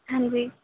ਹਾਂਜੀ